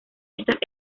estas